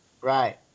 Right